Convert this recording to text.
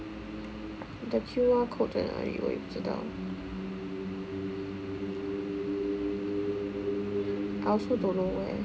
the Q_R code 在哪里我不知道 I also don't know eh